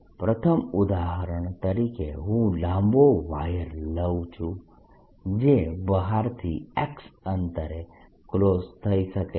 પ્રથમ ઉદાહરણ તરીકે હું લાંબો વાયર લઉં છું જે બહારથી x અંતરે ક્લોઝ થઈ શકે છે